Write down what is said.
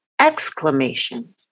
exclamation